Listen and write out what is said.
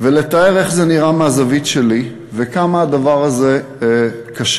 ולתאר איך זה נראה מהזווית שלי וכמה הדבר הזה קשה.